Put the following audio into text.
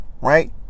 right